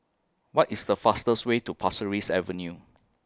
What IS The fastest Way to Pasir Ris Avenue